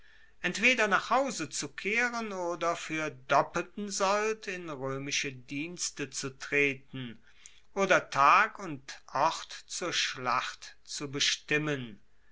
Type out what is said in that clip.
entweder nach hause zu kehren oder fuer doppelten sold in roemische dienste zu treten oder tag und ort zur schlacht zu bestimmen